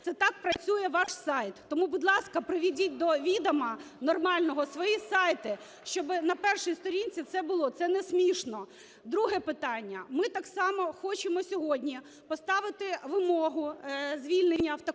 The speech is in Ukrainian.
Це так працює ваш сайт. Тому, будь ласка, приведіть до відома нормального свої сайти, щоб на першій сторінці це було. Це не смішно. Друге питання. Ми так само хочемо сьогодні поставити вимогу звільнення в такому